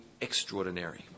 extraordinary